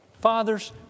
Fathers